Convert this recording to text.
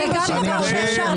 40 שנים אתם בשלטון.